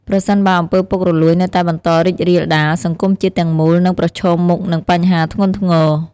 ប្រសិនបើអំពើពុករលួយនៅតែបន្តរីករាលដាល សង្គមជាតិទាំងមូលនឹងប្រឈមមុខនឹងបញ្ហាធ្ងន់ធ្ងរ។